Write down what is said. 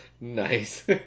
Nice